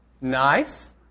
Nice